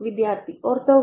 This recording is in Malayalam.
വിദ്യാർത്ഥി ഓർത്തോഗണൽ